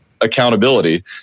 accountability